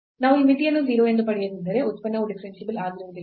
ನಾವು ಈ ಮಿತಿಯನ್ನು 0 ಎಂದು ಪಡೆಯದಿದ್ದರೆ ಉತ್ಪನ್ನವು ಡಿಫರೆನ್ಸಿಬಲ್ ಆಗಿರುವುದಿಲ್ಲ